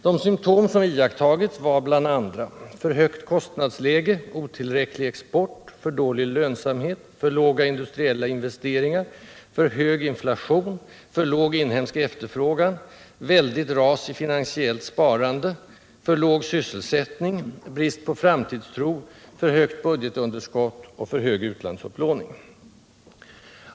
De symptom som iakttagits var bl.a.: för högt kostnadsläge, otillräcklig export, för dålig lönsamhet, för låga industriella investeringar, för hög inflation, för låg inhemsk efterfrågan, väldigt ras i finansiellt sparande, för låg sysselsättning, brist på framtidstro, för stort budgetunderskott och för hög utlandsupplåning.